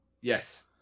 Yes